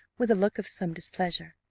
with a look of some displeasure.